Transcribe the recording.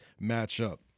matchup